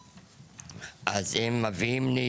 אז הם מביאים לי,